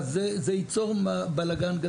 אז זה ייצור בלגן גדול.